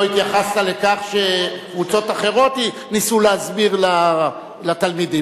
לא התייחסת לכך שקבוצות אחרות ניסו להסביר לתלמידים.